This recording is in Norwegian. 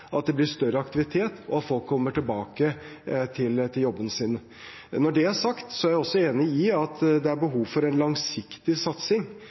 at det blir større aktivitet, og at folk kommer tilbake til jobbene sine. Når det er sagt, er jeg også enig i at det er behov for en langsiktig satsing.